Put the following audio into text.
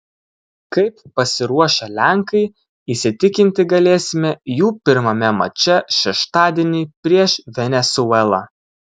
kaip pasiruošę lenkai įsitikinti galėsime jų pirmame mače šeštadienį prieš venesuelą